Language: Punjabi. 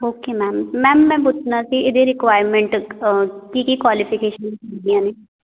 ਓਕੇ ਮੈਮ ਮੈਮ ਮੈਂ ਪੁੱਛਣਾ ਸੀ ਇਹਦੀ ਰਿਕੁਆਇਰਮੈਂਟ ਕੀ ਕੀ ਕੁਆਲੀਫਿਕੇਸ਼ਨ ਹੁੰਦੀਆਂ ਨੇ